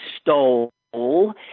stole